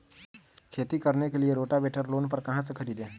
खेती करने के लिए रोटावेटर लोन पर कहाँ से खरीदे?